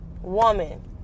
woman